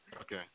Okay